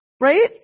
right